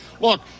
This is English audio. look